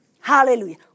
Hallelujah